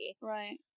Right